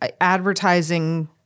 advertising